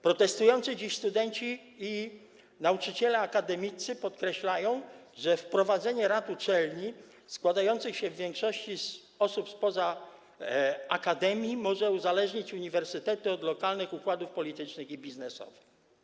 Protestujący dziś studenci i nauczyciele akademiccy podkreślają, że wprowadzenie rad uczelni składających się w większości z osób spoza akademii może uzależnić uniwersytety od lokalnych układów politycznych i biznesowych.